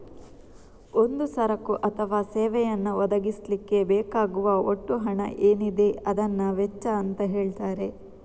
ಒಂದು ಸರಕು ಅಥವಾ ಸೇವೆಯನ್ನ ಒದಗಿಸ್ಲಿಕ್ಕೆ ಬೇಕಾಗುವ ಒಟ್ಟು ಹಣ ಏನಿದೆ ಅದನ್ನ ವೆಚ್ಚ ಅಂತ ಹೇಳ್ತಾರೆ